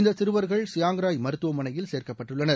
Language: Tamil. இந்த சிறுவர்கள் சியாங் ராய் மருத்துவமனையில் சேர்க்கப்பட்டுள்ளனர்